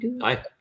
Hi